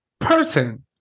person